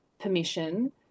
permission